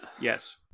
Yes